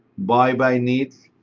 buy by needs,